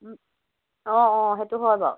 অঁ অঁ সেইটো হয় বাৰু